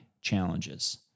challenges